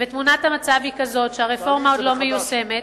ותמונת המצב היא כזאת שהרפורמה עוד לא מיושמת,